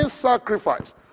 sacrifice